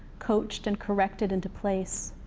coached and corrected into place.